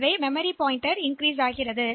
எனவே அடுத்த எண்ணுக்கு வந்துள்ளோம்